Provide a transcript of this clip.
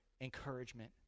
encouragement